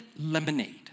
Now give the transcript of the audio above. lemonade